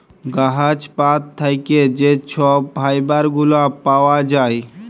গাহাচ পাত থ্যাইকে যে ছব ফাইবার গুলা পাউয়া যায়